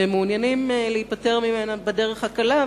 והם מעוניינים להיפטר ממנה בדרך הקלה,